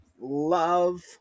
love